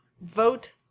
Vote